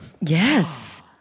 Yes